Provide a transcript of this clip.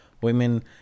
women